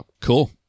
Cool